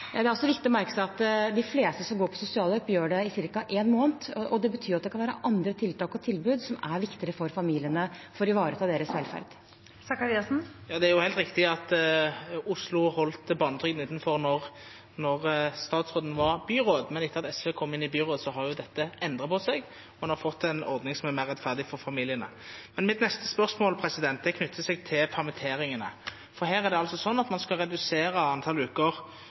Det er også viktig å merke seg at de fleste som går på sosialhjelp, gjør det i ca. én måned. Det betyr at det kan være andre tiltak og tilbud som er viktigere for familiene for å ivareta deres velferd. Ja, det er helt riktig at Oslo holdt barnetrygden utenfor da statsråden var byråd, men etter at SV kom inn i byrådet, har dette endret seg, og en har fått en ordning som er mer rettferdig for familiene. Men mitt neste spørsmål knytter seg til permitteringene, for man skal altså redusere antall uker